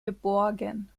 geborgen